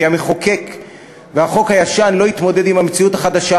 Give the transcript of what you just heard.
כי המחוקק והחוק הישן לא התמודדו עם המציאות החדשה